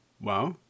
Wow